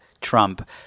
Trump